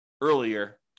earlier